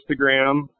Instagram